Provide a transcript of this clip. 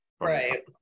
Right